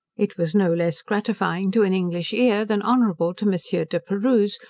it was no less gratifying to an english ear, than honourable to monsieur de perrouse,